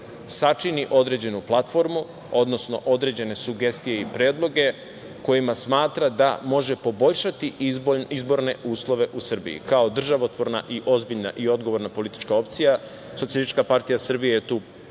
sačini određenu platformu, odnosno određene sugestije i predloge kojima smatra da može poboljšati izborne uslove u Srbiji. Kao državotvorna i ozbiljna i politička opcija, Socijalistička partija Srbije tu platformu